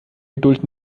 geduld